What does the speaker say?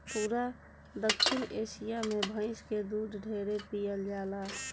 पूरा दखिन एशिया मे भइस के दूध ढेरे पियल जाला